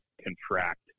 contract